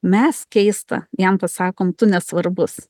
mes keista jam pasakom tu nesvarbus